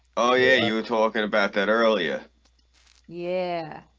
oh yeah, you were talking about that earlier yeah